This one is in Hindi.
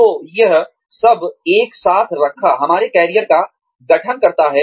तो यह सब एक साथ रखा हमारे करियर का गठन करता है